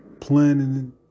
Planning